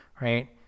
Right